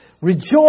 Rejoice